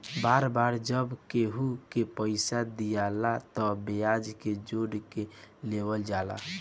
बार बार जब केहू के पइसा दियाला तब ब्याज के जोड़ के लेवल जाला